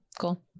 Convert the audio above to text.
cool